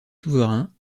souverains